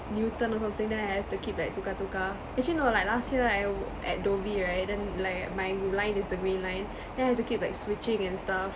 newton or something then I have to keep like tukar tukar actually no like last year I w~ at dhoby right and like my line is the green line then I have to keep like switching and stuff